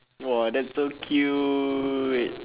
!whoa! that's so cute